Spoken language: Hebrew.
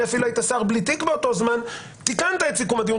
אפילו היית שר בלי תיק באותו זמן תיקן את סיכום הדיון.